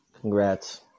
Congrats